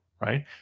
right